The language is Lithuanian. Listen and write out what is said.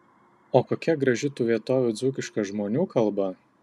o kokia graži tų vietovių dzūkiška žmonių kalba